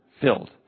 filled